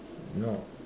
no